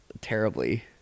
terribly